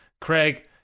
Craig